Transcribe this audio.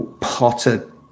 Potter